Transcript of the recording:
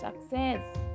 success